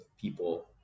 people